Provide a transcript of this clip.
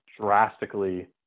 drastically